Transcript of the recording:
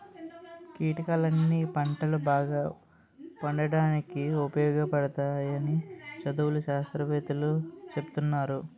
కీటకాలన్నీ పంటలు బాగా పండడానికి ఉపయోగపడతాయని చదువులు, శాస్త్రవేత్తలూ సెప్తున్నారు